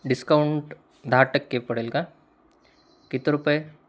discount दहा टक्के पडेल का किती रुपये